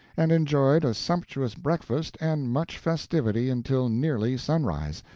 and enjoyed a sumptuous breakfast and much festivity until nearly sunrise,